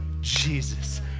Jesus